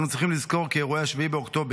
אנו צריכים לזכור כי אירועי 7 באוקטובר,